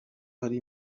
hari